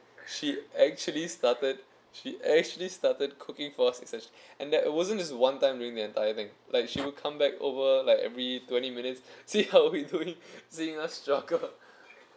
she actually started she actually started cooking for our and that wasn't just one time during the entire thing like she will come back over like every twenty minutes see how we doing seeing us struggle